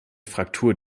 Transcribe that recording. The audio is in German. fraktur